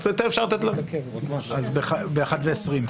אז ב-13:20.